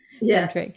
Yes